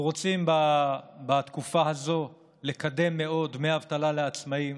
אנחנו רוצים בתקופה הזו לקדם מאוד דמי אבטלה לעצמאים,